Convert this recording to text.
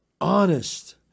honest